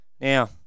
Now